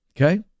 Okay